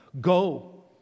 Go